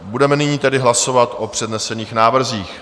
Budeme nyní tedy hlasovat o přednesených návrzích.